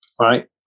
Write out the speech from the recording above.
right